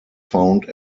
found